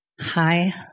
Hi